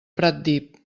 pratdip